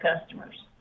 customers